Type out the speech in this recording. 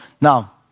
Now